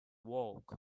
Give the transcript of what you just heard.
work